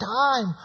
time